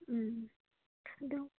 ꯎꯝ ꯑꯗꯣ